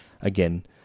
again